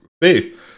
faith